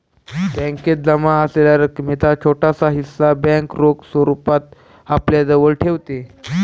बॅकेत जमा असलेल्या रकमेचा छोटासा हिस्सा बँक रोख स्वरूपात आपल्याजवळ ठेवते